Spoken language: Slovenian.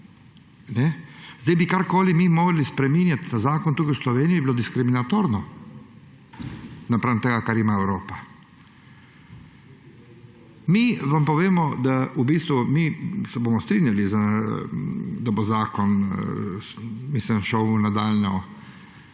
Zdaj bi, karkoli mi morali spreminjati ta zakon tukaj v Sloveniji, bilo diskriminatorno napram temu, kar ima Evropa. Mi vam povemo, da se bomo v bistvu mi strinjali, da bo zakon šel v nadaljnjo